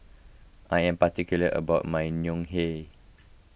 I am particular about my Ngoh Hiang